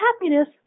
happiness